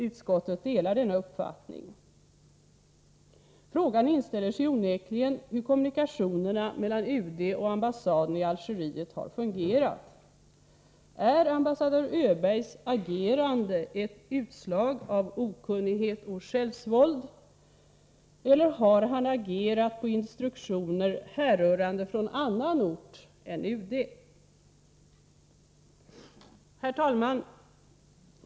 Utskottet delar denna uppfattning. Frågan inställer sig onekligen hur kommunikationerna mellan UD och ambassaden i Algeriet har fungerat. Är ambassadör Öbergs agerande ett utslag av okunnighet och självsvåld, eller har han agerat på instruktioner härrörande från annan ort än UD? Herr talman!